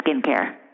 skincare